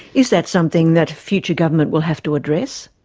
is that something that a future government will have to address?